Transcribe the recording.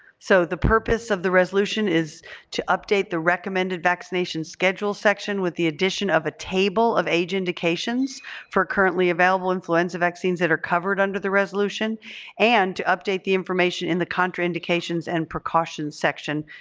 so the purpose of the resolution is to update the recommended vaccination schedule section with the addition of a table of age indications for currently available influenza vaccines that are covered under the resolution and to update the information in the contraindications and precautions section.